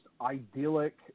idyllic